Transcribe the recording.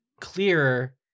clearer